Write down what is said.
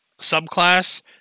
subclass